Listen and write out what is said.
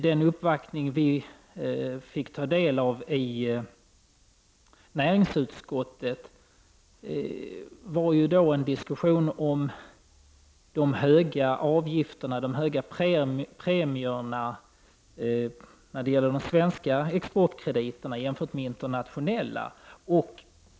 Den uppvaktning vi i näringsutskottet fick ta del av handlade om de höga premierna när det gäller de svenska exportkrediterna jämfört med de internationella premierna.